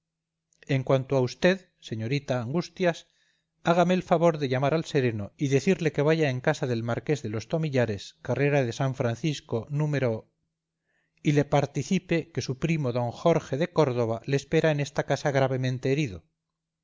en cuanto a usted señorita angustias hágame el favor de llamar al sereno y decirle que vaya en casa del marqués de los tomillares carrera de san francisco número y le participe que su primo d jorge de córdoba le espera en esta casa gravemente herido